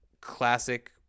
classic